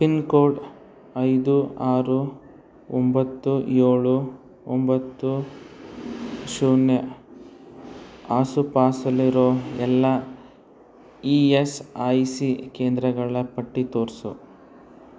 pin code ಐದು ಆರು ಒಂಬತ್ತು ಏಳು ಒಂಬತ್ತು ಶೂನ್ಯ ಆಸುಪಾಸಲ್ಲಿರೊ ಎಲ್ಲ ಇ ಎಸ್ ಐ ಸಿ ಕೇಂದ್ರಗಳ ಪಟ್ಟಿ ತೋರಿಸು